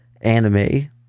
anime